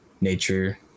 Nature